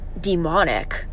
demonic